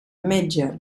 metge